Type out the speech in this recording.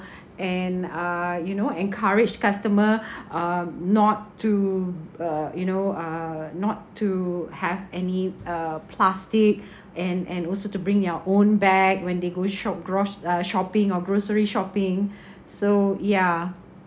and uh you know encourage customer uh not to uh you know uh not to have any uh plastic and and also to bring their own bag when they go shop groce~ uh shopping or grocery shopping so ya